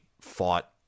fought